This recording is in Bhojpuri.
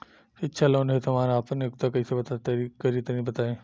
शिक्षा लोन हेतु हम आपन योग्यता कइसे पता करि तनि बताई?